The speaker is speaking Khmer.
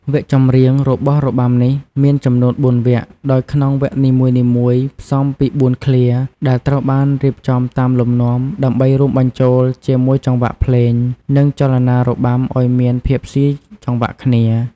វគ្គចម្រៀងរបស់របាំនេះមានចំនួន ៤ វគ្គ ដោយក្នុងវគ្គនីមួយៗផ្សំពី ៤ ឃ្លា ដែលត្រូវបានរៀបចំតាមលំនាំ ដើម្បីរួមបញ្ចូលជាមួយចង្វាក់ភ្លេង និងចលនារបាំឲ្យមានភាពស៊ីចង្វាក់គ្នា។